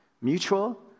Mutual